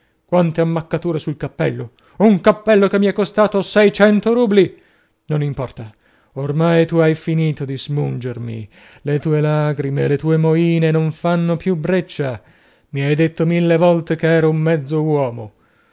quante ammaccature sul cappello un cappello che mi è costato seicento rubli non importa oramai tu hai finito di smungermi le tue lagrime le tue moine non fanno più breccia mi hai detto mille volte che ero un mezzo uomo